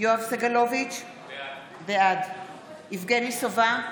יואב סגלוביץ' בעד יבגני סובה,